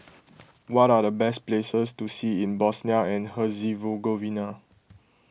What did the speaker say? what are the best places to see in Bosnia and Herzegovina